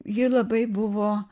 ji labai buvo